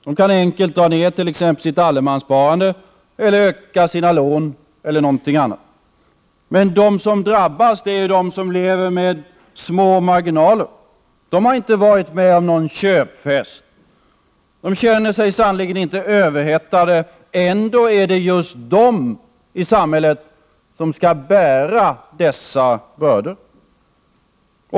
De kan enkelt dra ner på t.ex. allemanssparandet eller öka lånen. Men de som drabbas är de som lever med små marginaler. De har inte varit med om någon köpfest. De känner sig sannerligen inte överhettade. Ändå är det just de i samhället som skall bära dessa bördor.